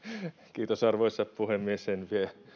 kiitos arvoisa puhemies en vie